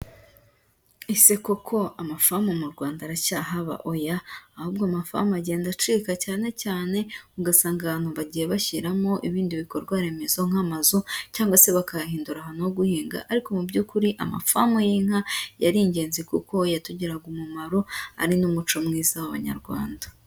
Ese koko amafamu mu Rwanda aracyahaba, oya, ahubwo amafamu agenda acika cyane cyane ugasanga abantu bagiye bashyiramo ibindi bikorwa remezo nk'amazu cyangwa se bakahahindura ahantu ho guhinga, ariko mu by'ukuri amafamu y'inka yari ingenzi kuko yatugiriraga umumaro, ari n'umuco mwiza w'Abanyarwanda.